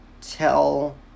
tell